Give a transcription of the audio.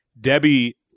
Debbie